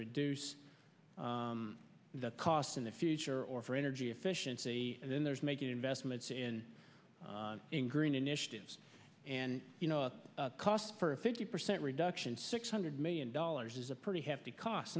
reduce that cost in the future or for energy efficiency and then there's making investments in green initiatives and you know the cost for a fifty percent reduction six hundred million dollars is a pretty hefty cost